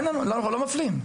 אנחנו לא מפלים.